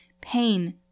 Pain